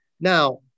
Now